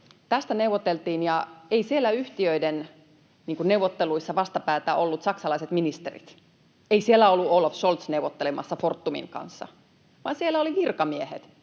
Tästä neuvoteltiin, ja eivät siellä yhtiöiden neuvotteluissa vastapäätä olleet saksalaiset ministerit, ei siellä ollut Olaf Scholz neuvottelemassa Fortumin kanssa, vaan siellä olivat virkamiehet,